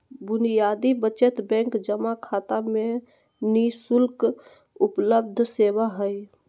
बुनियादी बचत बैंक जमा खाता में नि शुल्क उपलब्ध सेवा हइ